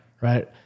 Right